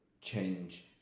change